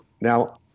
now